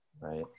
Right